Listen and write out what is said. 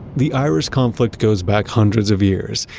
the irish conflict goes back hundreds of years,